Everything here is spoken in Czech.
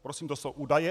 Prosím, to jsou údaje.